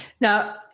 Now